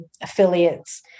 affiliates